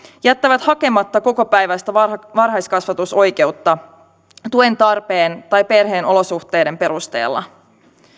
jättävät hakematta kokopäiväistä varhaiskasvatusoikeutta tuen tarpeen tai perheen olosuhteiden perusteella